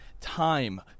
time